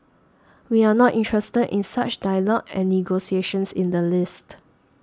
we are not interested in such dialogue and negotiations in the least